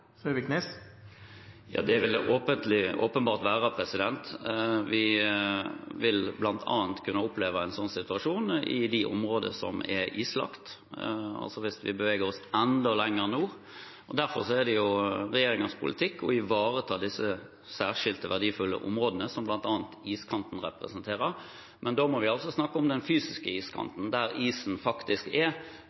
Ja, det vil det åpenbart være. Vi vil bl.a. kunne oppleve en sånn situasjon i de områdene som er islagt, altså hvis vi beveger oss enda lenger nord. Derfor er det regjeringens politikk å ivareta disse særskilt verdifulle områdene, som bl.a. iskanten representerer. Men da må vi altså snakke om den fysiske iskanten, der isen faktisk er,